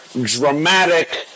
dramatic